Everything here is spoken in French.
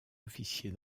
officier